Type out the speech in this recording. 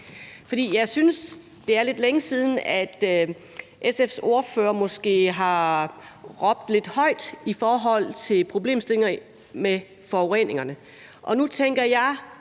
længe siden, at SF's ordfører har råbt lidt højt i forhold til problemstillingerne med forureningerne.